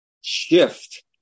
shift